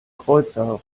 kreuzer